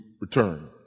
return